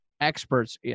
experts